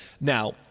Now